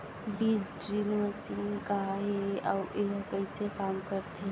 बीज drill machine का हे अऊ एहा कइसे काम करथे?